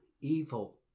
evil